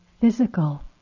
physical